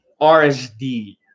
RSD